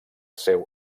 seu